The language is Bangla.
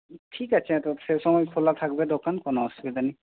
ঠিক আছে তো সে সময় খোলা থাকবে দোকান কোনো অসুবিধা নেই